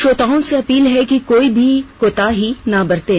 श्रोताओं से अपील है कि कोई भी कोताही ना बरतें